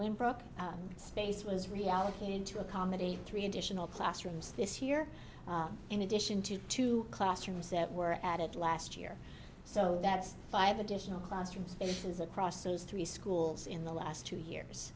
when brooke space was reallocated to accommodate three additional classrooms this year in addition to two classrooms that were added last year so that's five additional classroom stations across those three schools in the last two years